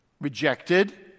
rejected